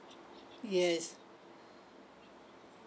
yes